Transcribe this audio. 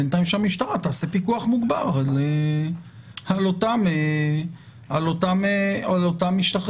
בינתיים שהמשטרה תעשה פיקוח מוגבר על אותם משתחררים.